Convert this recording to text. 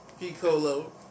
Piccolo